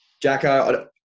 Jacko